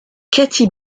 katie